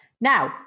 Now